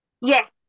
Yes